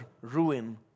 ruin